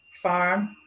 farm